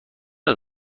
است